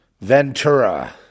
Ventura